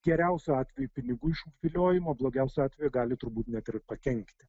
geriausiu atveju pinigų išviliojimu blogiausiu atveju gali turbūt net ir pakenkti